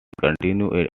continue